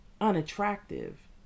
unattractive